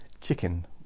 chicken